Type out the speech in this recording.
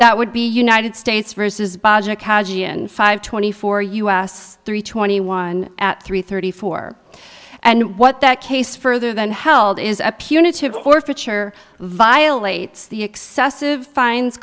that would be united states versus five twenty four us three twenty one at three thirty four and what that case further than held is a punitive forfeiture violates the excessive fines